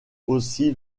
aussi